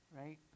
Right